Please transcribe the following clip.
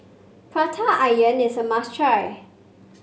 Prata Onion is a must try